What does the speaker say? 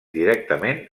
directament